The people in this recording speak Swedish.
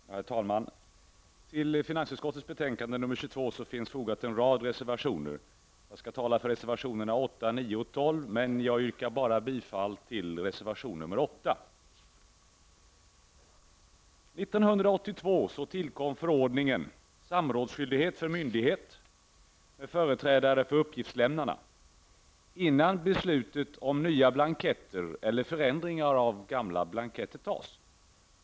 Herr talman! Till finansutskottets betänkande nr 22 finns fogat en rad reservationer. Jag skall tala för reservationerna 8, 9 och 12. Men jag yrkar bara bifall till reservation 8. Samrådsskyldighet för myndighet med företrädare för uppgiftslämnarna, dvs. ''innan beslutet om nya blanketter eller förändringar av gamla tas''.